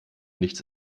nichts